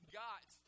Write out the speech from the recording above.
got